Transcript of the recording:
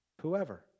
Whoever